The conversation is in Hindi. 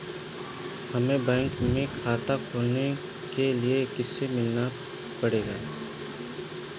हमे बैंक में खाता खोलने के लिए किससे मिलना पड़ेगा?